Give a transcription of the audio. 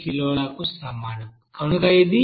కనుక ఇది 19